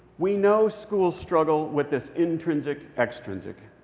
we know schools struggle with this intrinsic extrinsic.